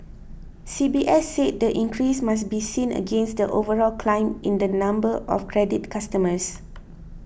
C B S said the increase must be seen against the overall climb in the number of credit customers